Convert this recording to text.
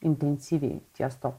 intensyviai ties tuo